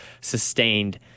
sustained